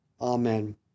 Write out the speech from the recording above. Amen